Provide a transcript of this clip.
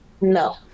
No